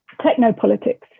technopolitics